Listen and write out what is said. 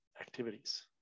activities